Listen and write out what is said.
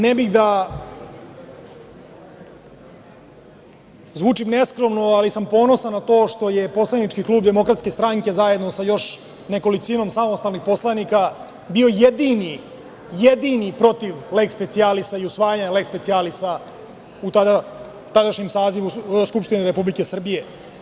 Ne bih da zvučim neskromno, ali sam ponosan na to što je poslanički klub Demokratske stranke, zajedno sa još nekolicinom samostalnih poslanika bio jedini protiv leks specijalis i usvajanja leks specijalis u tadašnjem sazivu Skupštine Republike Srbije.